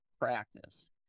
practice